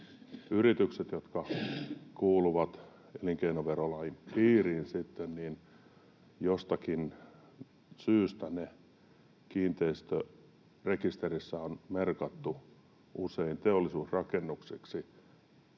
yritykset, jotka kuuluvat elinkeinoverolain piiriin sitten, jostakin syystä kiinteistörekisterissä on merkattu usein teollisuusrakennuksiksi.